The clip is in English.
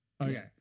okay